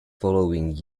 following